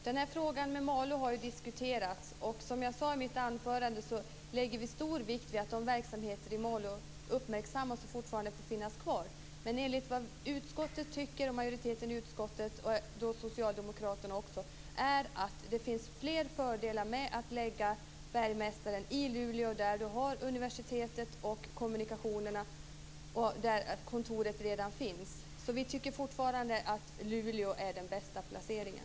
Fru talman! Frågan om Malå har diskuterats. Som jag sade i mitt anförande lägger vi stor vikt vid att verksamheterna i Malå uppmärksammas och får finnas kvar. Enligt majoriteten i utskottet, däribland socialdemokraterna, finns det fler fördelar med att ha bergmästaren i Luleå, där universitetet och kommunikationerna finns - och där kontoret redan finns. Vi tycker därför fortfarande att Luleå är den bästa placeringen.